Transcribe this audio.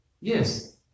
yes